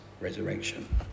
resurrection